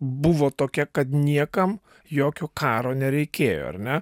buvo tokia kad niekam jokio karo nereikėjo ar ne